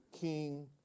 king